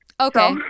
Okay